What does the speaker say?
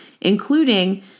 including